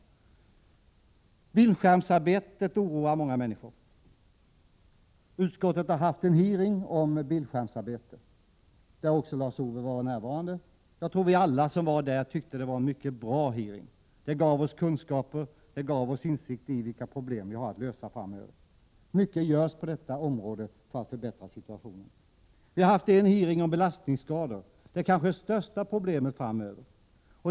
Bildskärmsarbetet oroar många människor. Utskottet har genomfört en hearing om bildskärmsarbetet, vid vilken också Lars-Ove Hagberg var närvarande. Jag tror att alla som var där tyckte att det var en mycket bra hearing. Den gav oss kunskaper och insikter om vilka problem vi har att lösa framöver. Mycket görs för att förbättra situationen på detta område. Vi har också haft en hearing om belastningsskador, det kanske största problemet framöver.